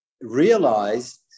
realized